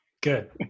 good